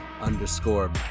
underscore